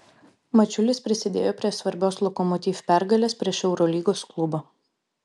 mačiulis prisidėjo prie svarbios lokomotiv pergalės prieš eurolygos klubą